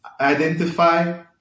identify